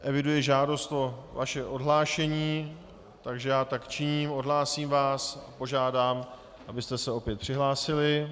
Eviduji žádost o vaše odhlášení, takže tak činím, odhlásím vás a požádám, abyste se opět přihlásili.